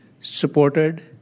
supported